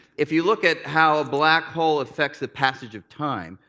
if you look at how a black hole affects the passage of time,